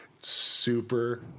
Super